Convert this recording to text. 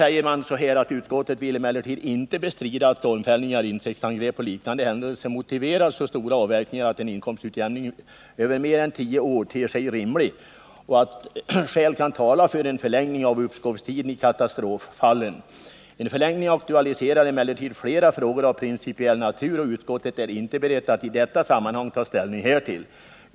Men sedan säger utskottet: ”Utskottet vill emellertid inte bestrida att stormfällningar, insektsangrepp och liknande händelser motiverar så stora avverkningar att en inkomstutjämning över mer än tio år ter sig rimlig, och att skäl kan tala för en förlängning av uppskovstiden i katastroffallen. En förlängning aktualiserar emellertid flera frågor av principiell natur, och utskottet är inte berett att i detta sammanhang ta ställning härtill.